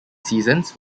seasons